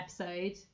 episode